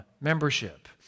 membership